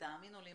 ותאמינו לי,